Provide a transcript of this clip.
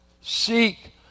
seek